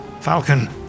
Falcon